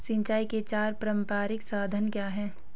सिंचाई के चार पारंपरिक साधन क्या हैं?